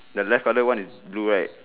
the left colour one is blue right